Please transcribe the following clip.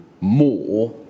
more